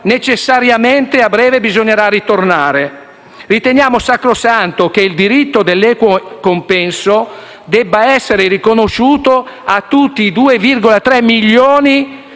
necessariamente, a breve bisognerà tornare. Riteniamo sacrosanto che il diritto all'equo compenso debba essere riconosciuto a tutti i 2,3 milioni